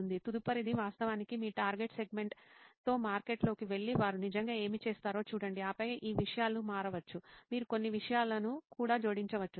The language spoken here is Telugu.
తదుపరిది వాస్తవానికి మీ టార్గెట్ సెగ్మెంట్తో మార్కెట్ లోకి వెళ్లి వారు నిజంగా ఏమి చేస్తారో చూడండి ఆపై ఈ విషయాలు మారవచ్చు మీరు కొన్ని విషయాలను కూడా జోడించవచ్చు సరే